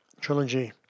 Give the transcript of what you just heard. trilogy